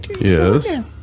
Yes